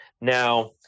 Now